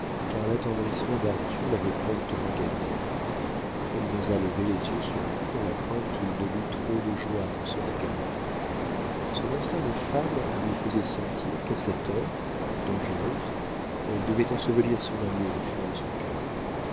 car l'attendrissement d'arthur l'avait promptement gagnée elle n'osa lever les yeux sur lui dans la crainte qu'il ne lût trop de joie dans ce regard son instinct de femme lui faisait sentir qu'à cette heure dangereuse elle devait ensevelir son amour au fond de son cœur